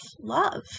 love